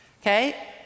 Okay